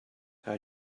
how